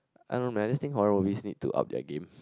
I don't know man I just think horror movies need to up their game